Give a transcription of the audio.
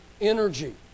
energy